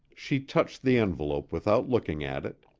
she touched the envelope without looking at it.